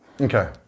Okay